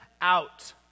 out